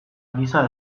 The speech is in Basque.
giza